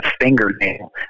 fingernail